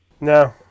No